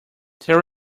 there